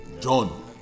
John